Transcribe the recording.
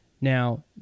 Now